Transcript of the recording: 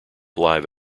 live